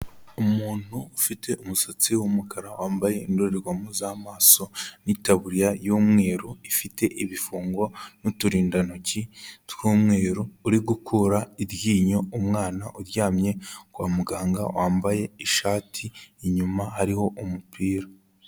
Umuntu ufite umusatsi w'umukara, wambaye indorerwamo z'amaso, n'itaburiya y'umweru, ifite ibifungo, n'uturindantoki tw'umweru, uri gukura iryinyo umwana uryamye kwa muganga, wambaye ishati, inyuma hariho umupira.